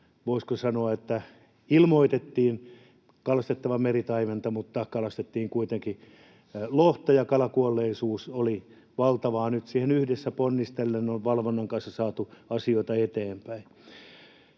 voisiko sanoa, että ilmoitettiin kalastettavan meritaimenta, mutta kalastettiin kuitenkin lohta, ja kalakuolleisuus oli valtava. Nyt siihen yhdessä ponnistellen on valvonnan kanssa saatu asioita eteenpäin.